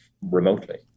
remotely